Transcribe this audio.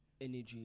energy